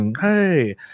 Hey